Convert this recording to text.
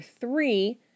three